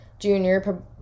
Junior